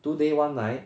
two day one night